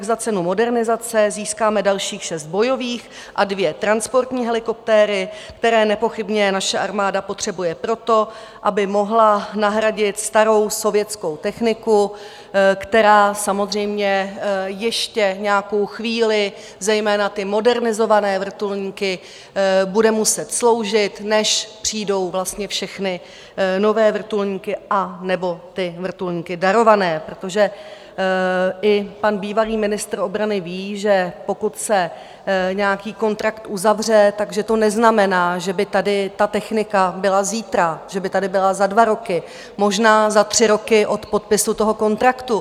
Za cenu modernizace získáme dalších 6 bojových a 2 transportní helikoptéry, které nepochybně naše armáda potřebuje pro to, aby mohla nahradit starou sovětskou techniku, která samozřejmě ještě nějakou chvíli, zejména ty modernizované vrtulníky, bude muset sloužit, než přijdou vlastně všechny nové vrtulníky anebo ty vrtulníky darované, protože i pan bývalý ministr obrany ví, že pokud se nějaký kontrakt uzavře, tak že to neznamená, že by tady ta technika byla zítra, že by tady byla za dva roky, možná za tři roky od podpisu toho kontraktu.